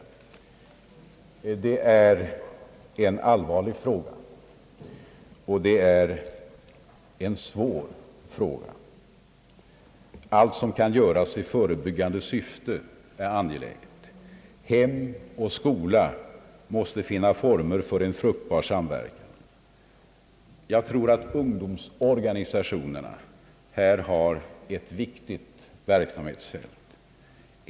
Frågan är allvarlig och svår, och allt som kan göras i förebyggande syfte är angeläget. Hem och skola måste finna former för en fruktbar samverkan. Jag tror att ungdomsorganisationerna här har ett viktigt verksamhetsfält.